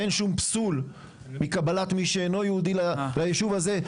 אין שום פסול לקבלת מי שאינו יהודי לישוב הזה,